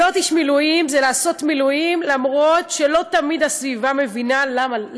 להיות איש מילואים זה לעשות מילואים גם אם לא תמיד הסביבה מבינה למה לך.